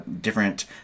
different